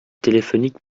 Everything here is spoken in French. téléphonique